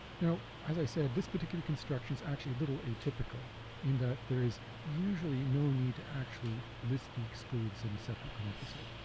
now, as i said this particular construction is actually a little atypical in that there is usually no need to actually list the excludes in a separate composite.